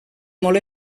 molt